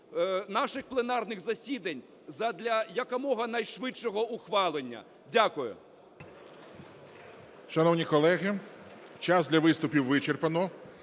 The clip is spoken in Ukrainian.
наших пленарних засідань задля якомога найшвидшого ухвалення. Дякую.